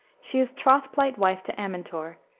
she is troth-plight wife to amintor,